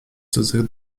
cudzych